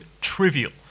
trivial